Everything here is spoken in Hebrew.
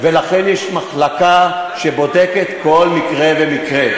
ולכן יש מחלקה שבודקת כל מקרה ומקרה.